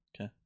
Okay